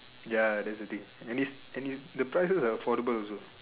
ya that's the thing and this and it's the prices are affordable also